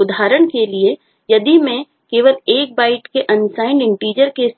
उदाहरण के लिए यदि मैं केवल एक बाइट के अनसाइंड इंटिजर की